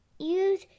Use